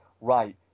right